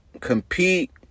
compete